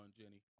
Jenny